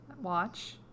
Watch